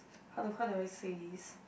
how do how do I say this